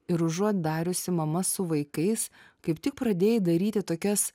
ir užuot dariusi mama su vaikais kaip tik pradėjai daryti tokias